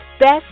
Best